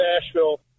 Nashville